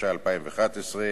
התשע"א 2011,